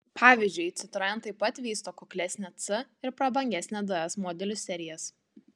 pavyzdžiui citroen taip pat vysto kuklesnę c ir prabangesnę ds modelių serijas